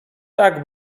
tak